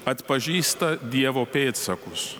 atpažįsta dievo pėdsakus